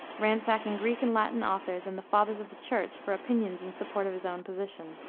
ransacking greek and latin authors and the fathers of the church for opinions in support of his own position.